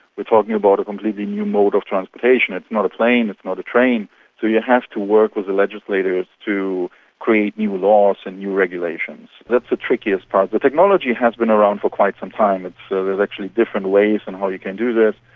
we're talking about a completely new mode of transportation. it's not a plane, it's not a train. so you have to work with the legislators to create new laws and new regulations. the the trickiest part. the technology has been around for quite some time. so there's actually different ways in how you can do this.